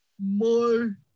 more